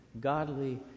godly